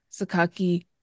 Sakaki